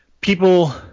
people